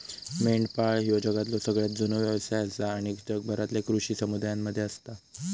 मेंढपाळ ह्यो जगातलो सगळ्यात जुनो व्यवसाय आसा आणि जगभरातल्या कृषी समुदायांमध्ये असता